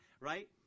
right